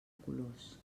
colors